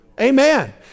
Amen